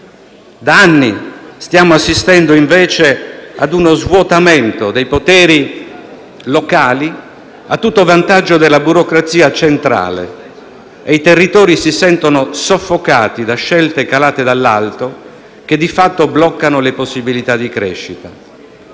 Da anni stiamo assistendo, invece, ad uno svuotamento dei poteri locali a tutto vantaggio della burocrazia centrale; e i territori si sentono soffocati da scelte calate dall'alto che, di fatto, bloccano le possibilità di crescita.